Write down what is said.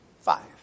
five